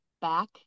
back